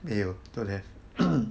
没有 don't have